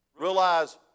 Realize